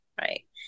right